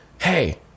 Hey